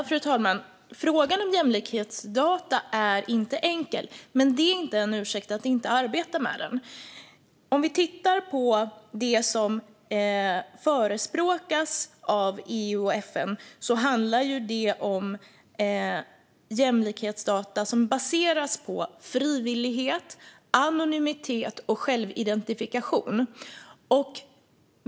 Fru talman! Frågan om jämlikhetsdata är inte enkel. Men det är inte en ursäkt för att inte arbeta med den. Det som förespråkas av EU och FN handlar om jämlikhetsdata som baseras på frivillighet, anonymitet och självidentifikation.